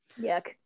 Yuck